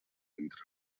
entre